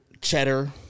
cheddar